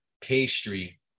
pastry